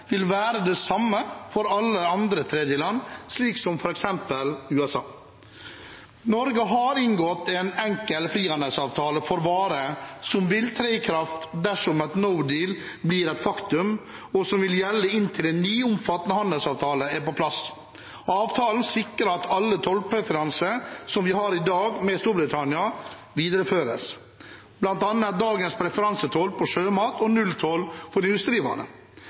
vil være de samme som for alle andre tredjeland, som f.eks. USA. Norge har inngått en enkel frihandelsavtale for varer, som vil tre i kraft dersom «no deal» blir et faktum, og som vil gjelde inntil en ny, omfattende handelsavtale er på plass. Avtalen sikrer at alle tollpreferanser som vi har med Storbritannia i dag, bl.a. dagens preferansetoll på sjømat og nulltoll for